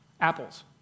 Apples